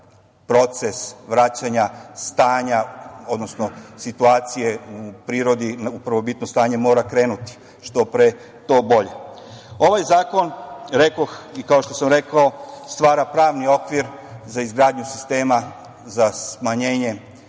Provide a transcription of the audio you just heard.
proces vraćanja stanja, odnosno situacije u prirodi u prvobitno stanje mora krenuti. Što pre, to bolje. Ovaj zakon rekoh i kao što sam rekao stvara pravni okvir za izgradnju sistema za smanjenje